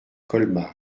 colmar